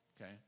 okay